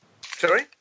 Sorry